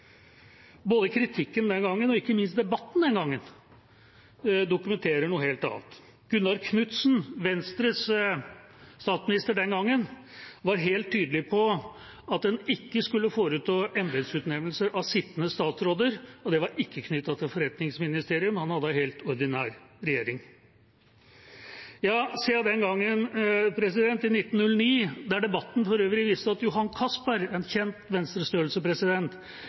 annet. Gunnar Knudsen, statsminister fra Venstre den gangen, var helt tydelig på at en ikke skulle foreta embetsutnevnelser av sittende statsråder. Det var ikke knyttet til et forretningsministerium; han hadde en helt ordinær regjering. Siden den gangen, i 1909, da debatten for øvrig viste at Johan Castberg, en kjent